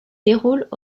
déroulent